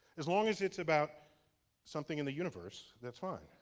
as long as it's about something in the universe, that's fine.